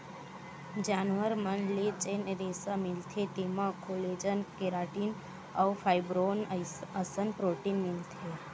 जानवर मन ले जेन रेसा मिलथे तेमा कोलेजन, केराटिन अउ फाइब्रोइन असन प्रोटीन मिलथे